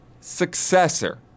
successor